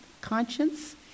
conscience